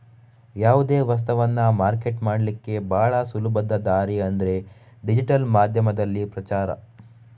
ಯಾವುದೇ ವಸ್ತವನ್ನ ಮಾರ್ಕೆಟ್ ಮಾಡ್ಲಿಕ್ಕೆ ಭಾಳ ಸುಲಭದ ದಾರಿ ಅಂದ್ರೆ ಡಿಜಿಟಲ್ ಮಾಧ್ಯಮದಲ್ಲಿ ಪ್ರಚಾರ